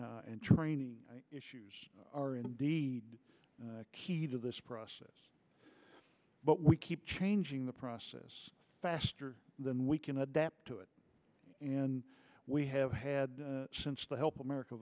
and training issues are indeed key to this process but we keep changing the process faster than we can adapt to it and we have had since the help america